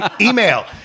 email